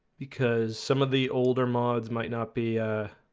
because some of the older mods might not be